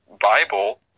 Bible